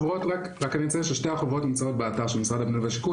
רק אני אציין ששתי החוברות נמצאות באתר של משרד הבינוי והשיכון,